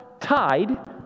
tied